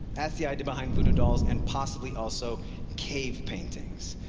that's the idea behind voodoo dolls, and possibly also cave paintings.